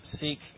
seek